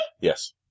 Yes